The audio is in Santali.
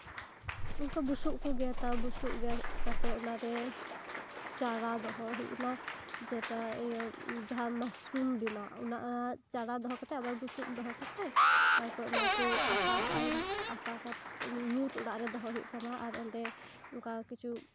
ᱚᱱᱠᱟ ᱵᱩᱥᱩᱯ ᱠᱚ ᱜᱮᱫᱟ ᱚᱱᱟ ᱵᱩᱥᱩᱯ ᱜᱮᱫ ᱠᱟᱛᱮ ᱚᱱᱟᱨᱮ ᱪᱟᱨᱟ ᱫᱚᱦᱚ ᱦᱩᱭᱩᱜᱼᱟ ᱚᱱᱟ ᱡᱮᱴᱟ ᱤᱭᱟᱹ ᱡᱟᱦᱟᱸ ᱢᱟᱥᱨᱩᱢ ᱵᱮᱱᱟᱜ ᱚᱱᱟ ᱪᱟᱨᱟ ᱫᱚᱦᱚ ᱠᱟᱛᱮ ᱟᱵᱟᱨ ᱵᱩᱥᱩᱯ ᱫᱚᱦᱚ ᱠᱟᱛᱮ ᱛᱟᱨᱯᱚᱨ ᱚᱱᱟᱠᱚ ᱟᱠᱟ ᱠᱟᱜᱼᱟ ᱟᱠᱟ ᱠᱟᱛᱮ ᱧᱩᱛ ᱚᱲᱟᱜ ᱨᱮ ᱫᱚᱦᱚ ᱦᱩᱭᱩᱜ ᱛᱟᱢᱟ ᱟᱨ ᱚᱸᱰᱮ ᱚᱱᱠᱟ ᱠᱤᱪᱷᱩ